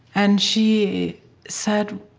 and she said